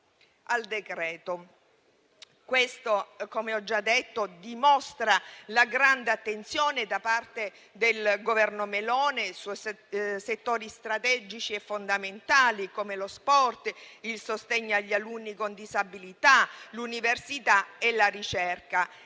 al decreto. Questo - come ho già detto - dimostra la grande attenzione, da parte del Governo Meloni, su settori strategici e fondamentali, come lo sport, il sostegno agli alunni con disabilità, l'università e la ricerca.